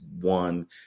one